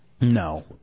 No